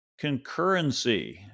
concurrency